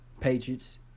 Patriots